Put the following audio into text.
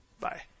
Bye